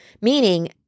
meaning